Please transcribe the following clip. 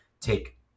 take